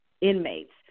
inmates